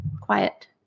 Quiet